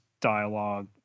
dialogue